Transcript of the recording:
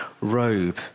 robe